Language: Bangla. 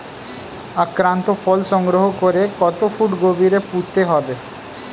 আক্রান্ত ফল সংগ্রহ করে কত ফুট গভীরে পুঁততে হবে?